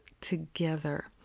together